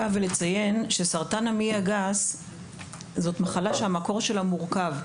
סרטן המעי הגס זו מחלה שהמקור שלה מורכב,